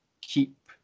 keep